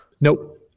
Nope